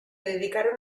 dedicaron